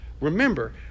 Remember